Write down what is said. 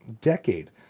decade